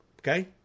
Okay